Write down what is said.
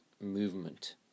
movement